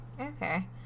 Okay